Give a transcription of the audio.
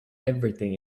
everything